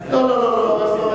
לא לא לא לא,